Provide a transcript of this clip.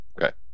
Okay